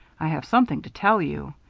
i have something to tell you.